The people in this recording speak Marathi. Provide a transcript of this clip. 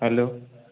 हॅलो